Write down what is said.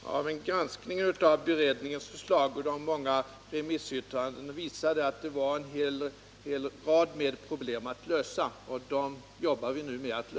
Herr talman! Granskningen av beredningens förslag och de många remissyttrandena visade att det var en hel rad problem att lösa, vilket vi arbetar med nu.